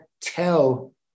tell